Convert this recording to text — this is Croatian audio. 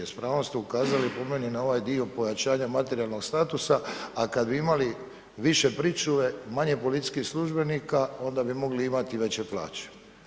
S pravom ste ukazali po meni na ovaj dio pojačanja materijalnog statusa, a kad bi imali više pričuve, manje policijskih službenika, onda bi mogli imati veće plaće.